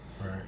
Right